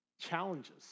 challenges